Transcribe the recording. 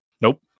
Nope